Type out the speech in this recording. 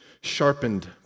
sharpened